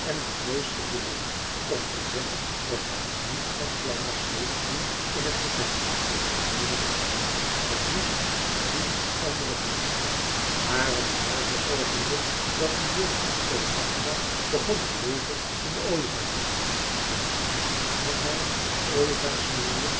en den neus in de lucht om te zeggen dat hij niet van plan was meê te doen in het gevecht tegen de grijze ratten ze moest maar zien andere hulp te krijgen maar op hetzelfde oogenblik dat de jongen voor den dag kwam begon er leven in den ooievaar te komen tot nu toe had hij op